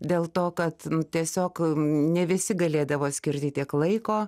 dėl to kad tiesiog ne visi galėdavo skirti tiek laiko